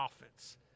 offense